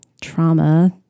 trauma